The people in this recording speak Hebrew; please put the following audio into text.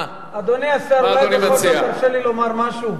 אדוני השר, אולי בכל זאת תרשה לי לומר משהו?